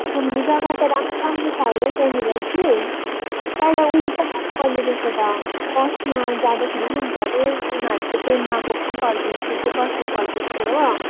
घुम्ने जग्गा त राम्रो राम्रो छ अरे हौ त्यहाँनिर कि तर उयो पो लानुपर्ने रहेछ त बसमा जाँदाखेरि पनि हुन्छ अरे उनीहरू त ट्रेनमा गएको थियो फर्किँदाखेरि चाहिँ बसमा फर्किएको थियो हो